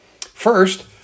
First